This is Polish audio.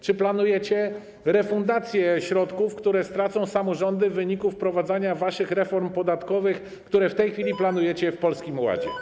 Czy planujecie refundację środków, które stracą samorządy w wyniku wprowadzania waszych reform podatkowych, które w tej chwili planujecie w Polskim Ładzie?